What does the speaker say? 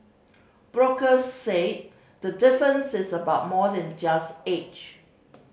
brokers say the difference is about more than just age